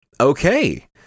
Okay